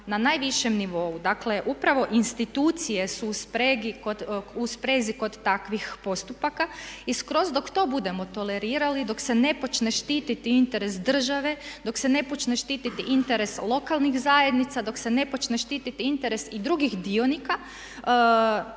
na najvišem nivou. Dakle upravo institucije su u sprezi kod takvih postupaka i skroz dok to budemo tolerirali, dok se ne počne štiti interes države, dok se ne počne štiti interes lokalnih zajednica, dok se ne počne štiti interes i drugih dionika